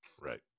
Right